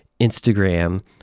Instagram